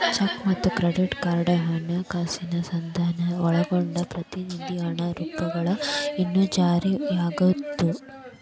check ಮತ್ತ credit card ಹಣಕಾಸಿನ ಸಾಧನಗಳನ್ನ ಒಳಗೊಂಡಂಗ ಪ್ರತಿನಿಧಿ ಹಣದ ರೂಪಗಳು ಇನ್ನೂ ಜಾರಿಯಾಗದವ